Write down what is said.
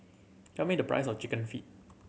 tell me the price of Chicken Feet